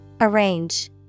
Arrange